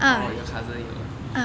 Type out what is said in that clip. orh your cousin 有啊